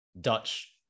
Dutch